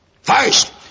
First